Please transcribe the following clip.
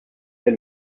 elle